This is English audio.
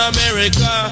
America